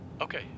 Okay